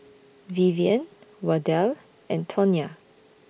Vivian Wardell and Tonya